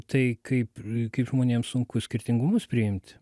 tai kaip kaip žmonėm sunku skirtingumus priimti